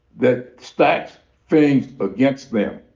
that stacks things against them.